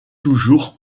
toujours